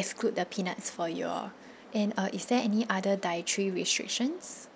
exclude the peanuts for you all and uh is there any other dietary restrictions